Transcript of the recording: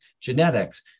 genetics